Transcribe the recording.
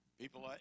People